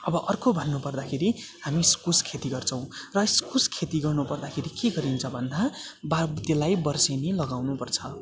अब अर्को भन्नु पर्दाखेरि हामी इस्कुस खेती गर्छौँ र इस्कुस खेती गर्नु पर्दाखेरि के गरिन्छ भन्दा त्यसलाई वर्षेनी लगाउनु पर्छ